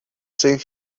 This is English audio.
think